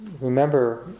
remember